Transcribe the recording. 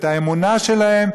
את האמונה שלהם,